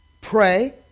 pray